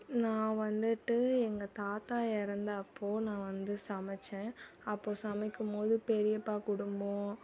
நான் வந்துட்டு எங்கள் தாத்தா இறந்தப்போ நான் வந்து சமைத்தேன் அப்போது சமைக்கும் போது பெரியப்பா குடும்பம்